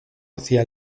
hacia